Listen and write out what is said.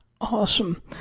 Awesome